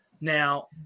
Now